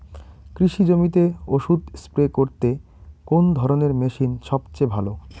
কৃষি জমিতে ওষুধ স্প্রে করতে কোন ধরণের মেশিন সবচেয়ে ভালো?